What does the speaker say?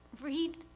read